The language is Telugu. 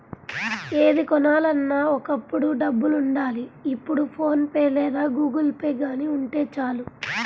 ఏది కొనాలన్నా ఒకప్పుడు డబ్బులుండాలి ఇప్పుడు ఫోన్ పే లేదా గుగుల్పే గానీ ఉంటే చాలు